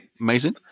Amazing